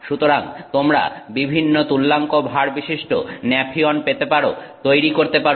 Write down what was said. সুতরাং তোমরা বিভিন্ন তুল্যাঙ্ক ভারবিশিষ্ট ন্যাফিয়ন পেতে পারো তৈরি করতে পারো